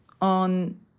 on